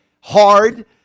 hard